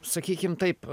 sakykim taip